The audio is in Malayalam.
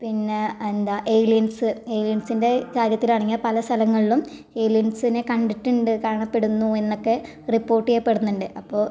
പിന്നെ എന്താ ഏലിയൻസ് ഏലിയൻസിൻ്റെ കാര്യത്തിലാണെങ്കിൽ പല സ്ഥലങ്ങളിലും ഏലിയൻസിനെ കണ്ടിട്ടുണ്ട് കാണപ്പെടുന്നു എന്നൊക്കെ റിപ്പോർട്ട് ചെയ്യപ്പെടുന്നുണ്ട് അപ്പോ